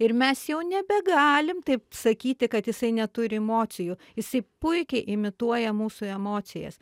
ir mes jau nebegalim taip sakyti kad jisai neturi emocijų jisai puikiai imituoja mūsų emocijas